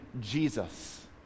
Jesus